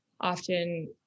often